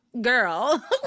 Girl